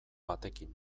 batekin